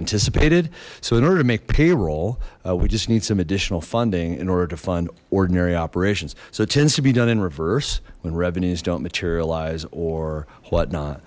anticipated so in order to make payroll we just need some additional funding in order to fund ordinary operations so it tends to be done in reverse when revenues don't materialize or whatnot